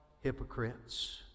hypocrites